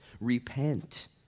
repent